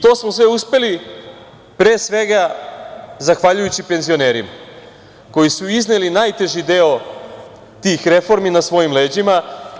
To smo sve uspeli pre svega zahvaljujući penzionerima, koji su izneli najteži deo tih reformi na svojim leđima.